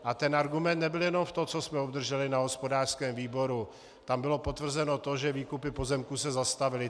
A ten argument nebyl jenom v tom, co jsme obdrželi na hospodářském výboru, tam bylo potvrzeno to, že výkupy pozemků se zastavily.